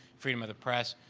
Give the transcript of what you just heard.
freedom of the press.